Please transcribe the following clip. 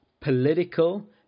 political